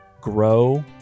grow